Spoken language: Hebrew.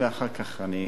ואחר כך אני אמשיך.